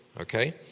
Okay